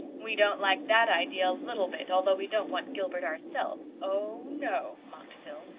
we don't like that idea a little bit, although we don't want gilbert ourselves, oh, no, mocked phil.